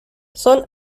son